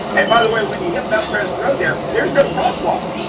and by the way, when you hit bellcrest road there, there's no crosswalk.